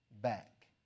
back